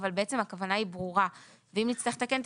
אבל בעצם הכוונה ברורה ואם צריך לתקן את